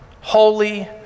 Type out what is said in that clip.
holy